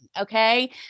okay